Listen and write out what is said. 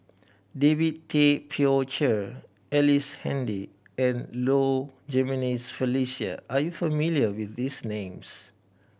David Tay Poey Cher Ellice Handy and Low Jimenez Felicia are you familiar with these names